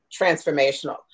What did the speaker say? transformational